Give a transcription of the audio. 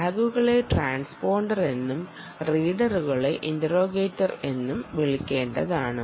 ടാഗുകളെ transponder എന്നും റീഡറുകളെ interrogator എന്നും വിളിക്കേണ്ടതാണ്